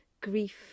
grief